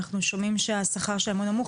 אנחנו שומעים שהשכר שלהם הוא נמוך,